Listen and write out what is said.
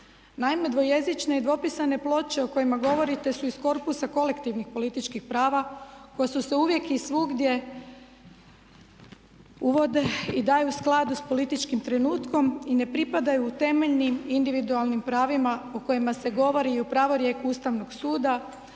Naime, dvojezične i dvopisane ploče o kojima govorite su iz korpusa kolektivnih političkih prava koje su se uvijek i svugdje uvode i daju sklad s političkim trenutkom i ne pripadaju temeljnim individualnim pravima o kojima se govori i u pravorijeku Ustavnog suda